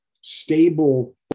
stable